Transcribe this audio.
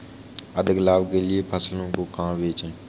अधिक लाभ के लिए फसलों को कहाँ बेचें?